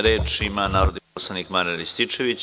Reč ima narodni poslanik Marijan Rističević.